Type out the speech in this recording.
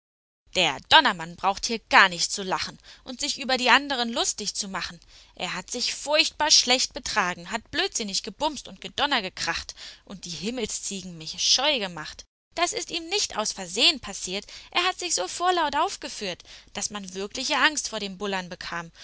der donnermann braucht hier gar nicht zu lachen und sich über die anderen lustig zu machen er hat sich furchtbar schlecht betragen hat blödsinnig gebumst und gedonnerkracht und die himmelsziegen mir scheu gemacht das ist ihm nicht aus versehen passiert er hat sich so vorlaut aufgeführt daß man wirkliche angst vor dem bullern bekam